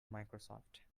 microsoft